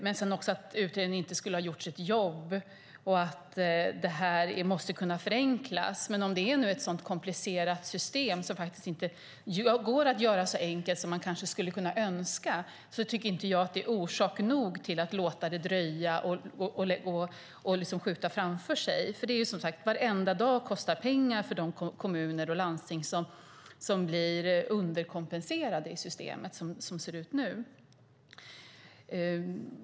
Det handlade också om att utredningen inte skulle ha gjort sitt jobb och att det här måste kunna förenklas. Men om det nu är ett komplicerat system som faktiskt inte går att göra så enkelt som man kanske skulle önska tycker inte jag att det är orsak nog till att låta det dröja och till att skjuta det framför sig. För, som sagt, varenda dag kostar pengar för de kommuner och landsting som blir underkompenserade i systemet, som det ser ut nu.